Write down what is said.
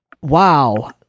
Wow